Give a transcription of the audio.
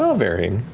ah varying.